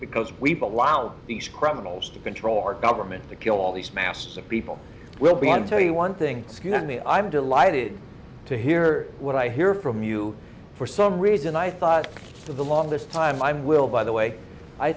because we've allowed these criminals to control our government to kill all these masses of people will be and tell you why thing scuse me i'm delighted to hear what i hear from you for some reason i thought for the longest time i will by the way i